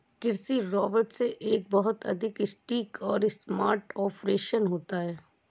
कृषि रोबोट से एक बहुत अधिक सटीक और स्मार्ट ऑपरेशन होता है